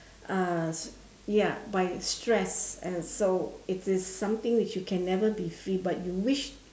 uh ya by stress and so it is something which you can never be free but you wish